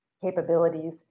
capabilities